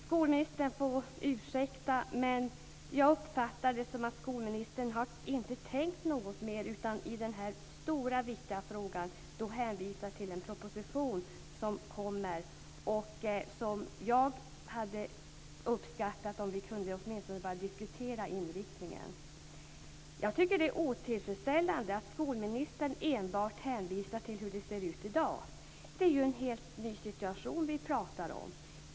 Skolministern får ursäkta, men jag uppfattar det som att skolministern inte har tänkt något mer, utan hon hänvisar i denna stora, viktiga fråga till en kommande proposition. Jag hade uppskattat om vi åtminstone hade kunnat börja diskutera inriktningen på den. Det är otillfredsställande att skolministern enbart hänvisar till hur det ser ut i dag. Vi talar ju om en helt ny situation.